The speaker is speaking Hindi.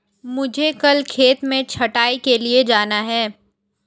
मुझे कल खेत में छटाई के लिए जाना है